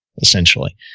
essentially